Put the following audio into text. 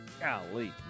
Golly